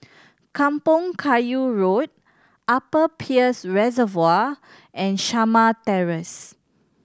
Kampong Kayu Road Upper Peirce Reservoir and Shamah Terrace